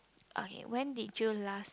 okay when did you last